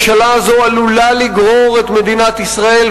הממשלה הזאת עלולה לגרור את מדינת ישראל,